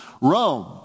Rome